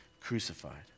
crucified